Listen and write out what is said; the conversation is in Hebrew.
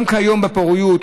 גם כיום בפוריות.